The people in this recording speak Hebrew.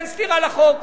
אין סתירה לחוק.